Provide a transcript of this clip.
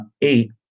eight